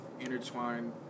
intertwined